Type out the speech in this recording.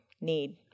need